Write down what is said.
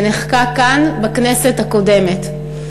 שנחקק כאן, בכנסת הקודמת.